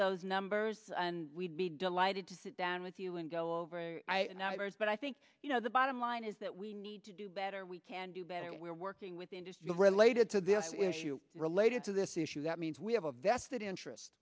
those numbers and we'd be delighted to sit down with you and go over an hour but i think you know the bottom line is that we need to do better we can do better and we are working with industry related to this issue related to this issue that means we have a vested interest